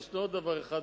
יש עוד דבר אחד,